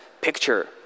picture